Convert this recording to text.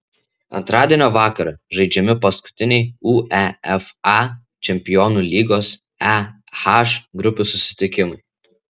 antradienio vakarą žaidžiami paskutiniai uefa čempionų lygos e h grupių susitikimai